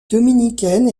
dominicaine